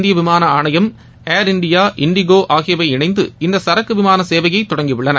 இந்திய விமான ஆணையம் ஏர் இண்டியா இண்டிகோ ஆகியவை இணைந்து இந்த சரக்கு விமான சேவையை தொடங்கி உள்ளன